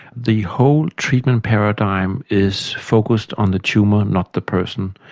the whole treatment paradigm is focused on the tumour, not the person,